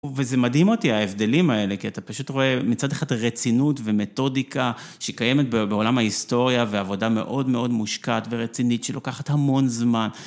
וזה מדהים אותי, ההבדלים האלה, כי אתה פשוט רואה מצד אחד רצינות ומתודיקה שקיימת בעולם ההיסטוריה, ועבודה מאוד מאוד מושקעת ורצינית שלוקחת המון זמן.